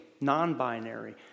non-binary